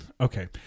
Okay